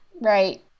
right